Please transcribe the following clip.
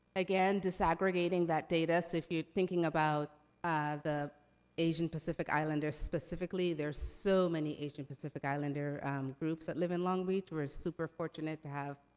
again, disaggregating that data. so if you're thinking about the asian, pacific islander specifically, there's so many asian, pacific islander groups that live in long beach. we're super fortunate to have,